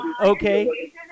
Okay